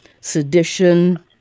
sedition